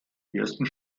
ersten